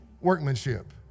workmanship